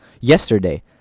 Yesterday